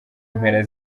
mpera